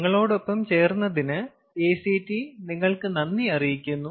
ഞങ്ങളോടൊപ്പം ചേർന്നതിന് ACT നിങ്ങൾക്ക് നന്ദി അറിയിക്കുന്നു